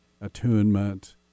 attunement